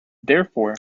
therefore